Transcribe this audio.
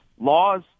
laws